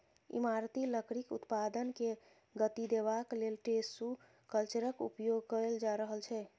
इमारती लकड़ीक उत्पादन के गति देबाक लेल टिसू कल्चरक उपयोग कएल जा रहल छै